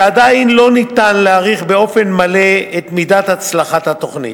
שעדיין אי-אפשר להעריך באופן מלא את מידת הצלחת התוכנית.